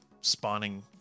spawning